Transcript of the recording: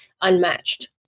unmatched